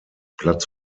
platz